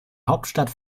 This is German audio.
hauptstadt